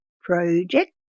Project